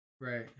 Right